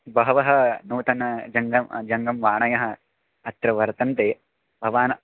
बह्व्यः नूतनजङ्गमजङ्गमवाण्यः अत्र वर्तन्ते भवान्